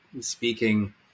speaking